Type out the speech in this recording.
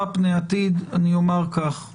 אני מבין את החשש או את הציפייה של הרבה